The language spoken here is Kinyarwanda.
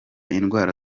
indwara